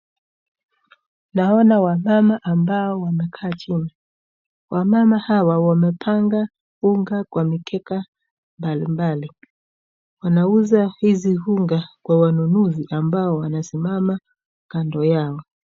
Naona wamama ambao wamekaa chini. Wamama hawa wamepanga unga kwa mikeka mbalimbali. Wanauza hizi unga kwa wanunuzi ambao wanasimama kando yao.